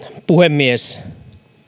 puhemies